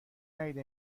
ندیده